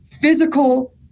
physical